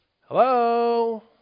Hello